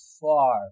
far